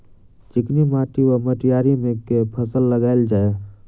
चिकनी माटि वा मटीयारी मे केँ फसल लगाएल जाए?